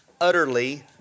utterly